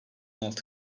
altı